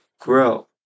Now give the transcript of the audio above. grow